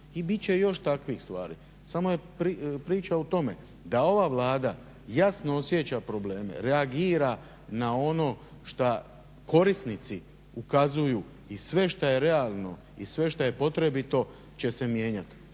i bit će još takvih stvari, samo je priča u tome da ova Vlada jasno osjeća probleme, reagira na ono šta korisnici ukazuju i sve što je realno i sve što je potrebiti će se mijenjati.